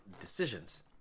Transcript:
decisions